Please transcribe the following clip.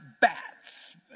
Bats